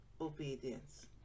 obedience